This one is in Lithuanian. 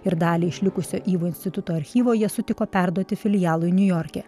ir dalį išlikusio ivo instituto archyvo jie sutiko perduoti filialui niujorke